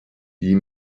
die